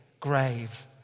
Grave